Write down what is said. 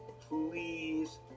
please